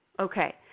okay